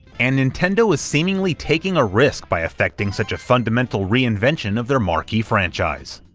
and nintendo was seemingly taking a risk by affecting such a fundamental reinvention of their marquee franchise.